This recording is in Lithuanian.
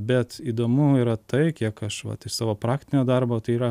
bet įdomu yra tai kiek aš vat iš savo praktinio darbo tai yra